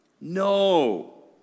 No